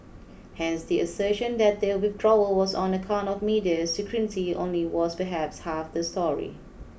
hence the assertion that the withdrawal was on account of media scrutiny only was perhaps half the story